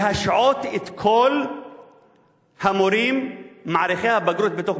להשעות את כל המורים מעריכי הבגרות בתוך